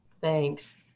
Thanks